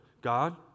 God